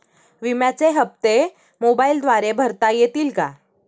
विम्याचे हप्ते मोबाइलद्वारे भरता येतील का?